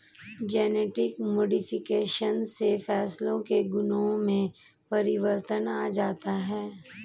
genetic modification से फसलों के गुणों में परिवर्तन आ जाता है